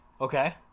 Okay